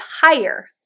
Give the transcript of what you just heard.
higher